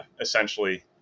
essentially